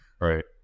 right